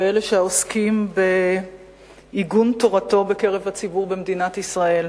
ואלה שעוסקים באיגום תורתו בקרב הציבור במדינת ישראל,